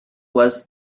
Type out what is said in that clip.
was